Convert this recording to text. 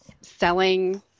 selling